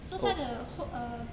so 他的后 uh